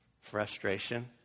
Frustration